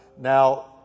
Now